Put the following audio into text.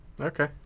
Okay